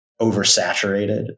oversaturated